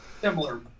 Similar